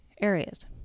areas